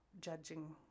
judging